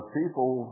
people